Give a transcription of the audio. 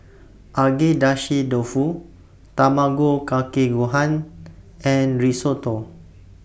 Agedashi Dofu Tamago Kake Gohan and Risotto